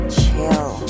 chill